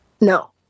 no